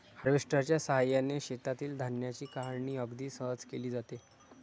हार्वेस्टरच्या साहाय्याने शेतातील धान्याची काढणी अगदी सहज केली जाते